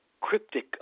cryptic